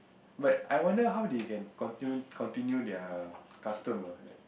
but I wonder how they can continue continue their custom ah like